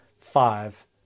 five